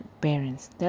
parents